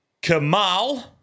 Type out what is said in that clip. Kamal